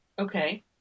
Okay